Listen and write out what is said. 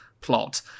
plot